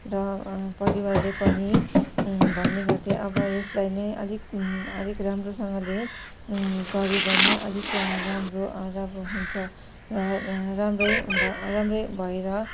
र परिवारले पनि भन्ने गर्थे अब यसलाई नै अलिक अलिक राम्रोसँगले गऱ्यो भने अलिक राम्रो राम्रो हुन्छ र राम्रै भ राम्रै भएर